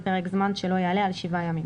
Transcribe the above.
לפרק זמן שלא יעלה על שבעה ימים.